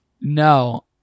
No